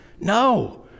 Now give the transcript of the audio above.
No